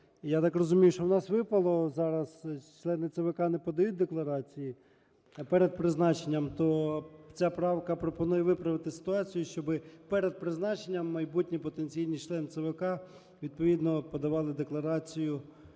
Я так розумію, що у нас випало, зараз члени ЦВК не подають декларації перед призначенням. То ця правка пропонує виправити ситуацію, щоби перед призначенням майбутні потенційні члени ЦВК, відповідно, подавали декларацію